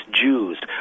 Jews